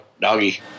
doggy